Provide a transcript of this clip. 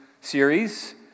series